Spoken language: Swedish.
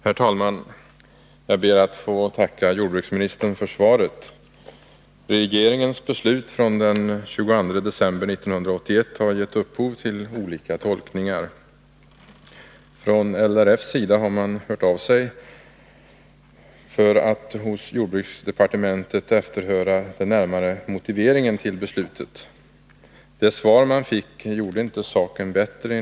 Herr talman! Jag ber att få tacka jordbruksministern för svaret. Regeringens beslut från den 22 december 1981 har gett upphov till olika tolkningar. Från LRF:s sida har man hört sig för hos jordbruksdepartementet om den närmare motiveringen till beslutet. Det svar man fick gjorde inte saken bättre.